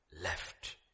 left